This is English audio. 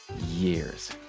years